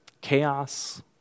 chaos